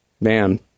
Man